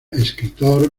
escritor